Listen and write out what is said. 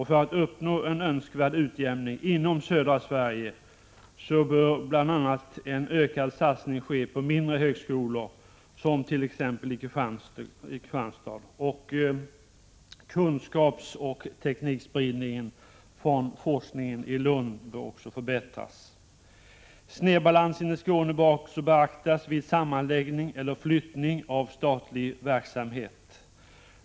För att uppnå en önskvärd utjämning i södra Sverige bör en ökad satsning ske på bl.a. mindre högskolor, som t.ex. i Kristianstad, och kunskapsoch teknikspridningen från forskningen i Lund bör också förbättras. Snedbalansen i Skåne bör också beaktas vid sammanläggning eller flyttning av statlig verksamhet.